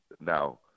now